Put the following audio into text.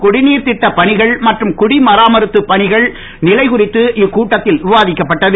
குடிநீர்திட்ட பணிகள் மற்றும் குடிமராமத்துப் பணிகளின் நிலைக்குறித்து இக்கூட்டத்தில் விவாதிக்கப்பட்டது